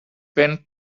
bent